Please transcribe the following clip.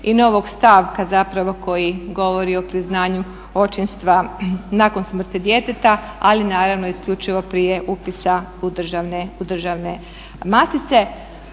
i novog stavka koji zapravo govori o priznanju očinstva nakon smrti djeteta ali naravno isključivo prije upisa u državne matice.